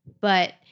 But-